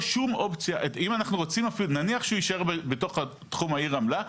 נניח שהוא יישאר בתוך תחום העיר רמלה,